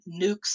nukes